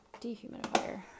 Dehumidifier